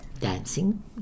dancing